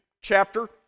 chapter